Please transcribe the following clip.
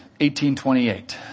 1828